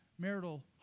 marital